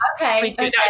Okay